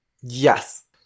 Yes